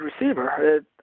receiver